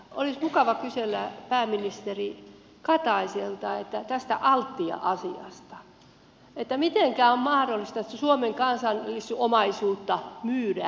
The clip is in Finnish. olisi mukava kysellä pääministeri kataiselta tästä altia asiasta että mitenkä on mahdollista että suomen kansallisomaisuutta myydään